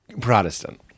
Protestant